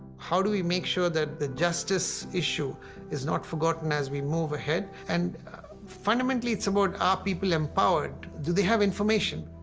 how do we make sure that the justice issue is not forgotten as we move ahead and fundamentally it's about are people empowered, do they have information.